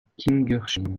kingersheim